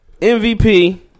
MVP